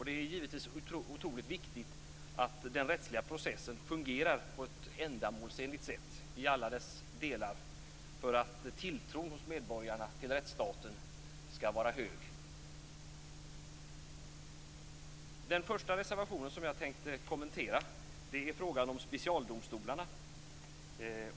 Det är givetvis viktigt att den rättsliga processen fungerar på ett ändamålsenligt sätt för att tilltron hos medborgarna till rättsstaten skall vara hög. Den första reservation som jag tänkte kommentera gäller frågan om specialdomstolarna.